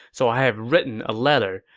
so i have written a letter.